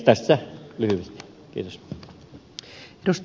tässä lyhyesti